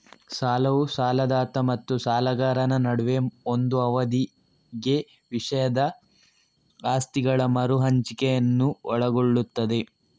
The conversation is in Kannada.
ಸಾಲವು ಸಾಲದಾತ ಮತ್ತು ಸಾಲಗಾರನ ನಡುವೆ ಒಂದು ಅವಧಿಗೆ ವಿಷಯದ ಆಸ್ತಿಗಳ ಮರು ಹಂಚಿಕೆಯನ್ನು ಒಳಗೊಳ್ಳುತ್ತದೆ